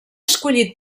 escollit